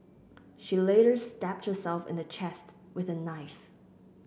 she later stabbed herself in the chest with a knife